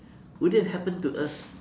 would it happen to us